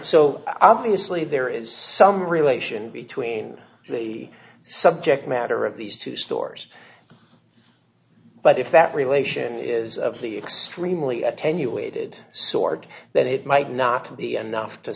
so obviously there is some relation between the subject matter of these two stores but if that relation is of the extremely attenuated sword that it might not to be enough to